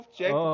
check